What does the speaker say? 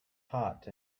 hot